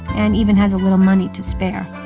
and even has a little money to spare